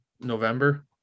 November